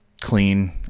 clean